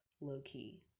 low-key